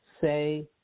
Say